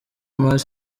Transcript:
mars